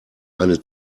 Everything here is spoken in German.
eine